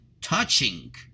touching